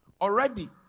Already